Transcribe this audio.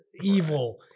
evil